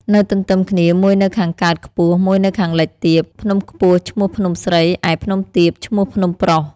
នៅទន្ទឹមគ្នា មួយនៅខាងកើតខ្ពស់ មួយនៅខាងលិចទាប ភ្នំខ្ពស់ឈ្មោះភ្នំស្រី ឯភ្នំទាបឈ្មោះភ្នំប្រុស។